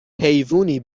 حیوونی